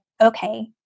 okay